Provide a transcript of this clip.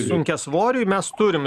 sunkiasvoriui mes turim